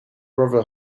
brother